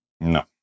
No